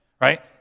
right